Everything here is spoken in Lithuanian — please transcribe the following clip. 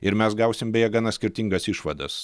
ir mes gausim beje gana skirtingas išvadas